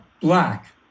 black